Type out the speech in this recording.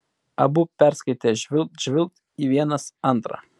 abu perskaitę žvilgt žvilgt į vienas antrą